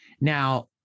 Now